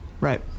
Right